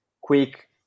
quick